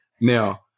Now